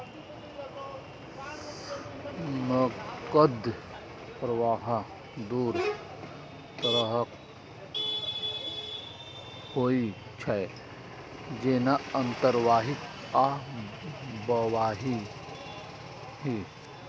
नकद प्रवाह दू तरहक होइ छै, जेना अंतर्वाह आ बहिर्वाह